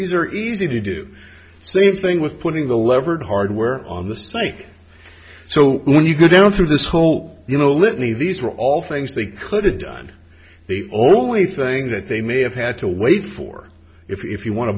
these are easy to do do same thing with putting the lever hardware on the psych so when you go down through this hole you know let me these are all things they could have done the only thing that they may have had to wait for if you want to